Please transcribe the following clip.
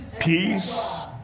Peace